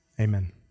Amen